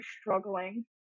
struggling